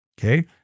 okay